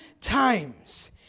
times